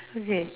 okay